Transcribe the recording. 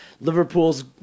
Liverpool's